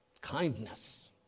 Kindness